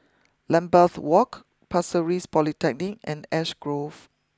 Lambeth walk Pasir Ris Polyclinic and Ash Grove